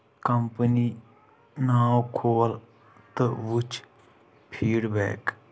company ناو کھول تہٕ وٕچھ فیٖڈ بیک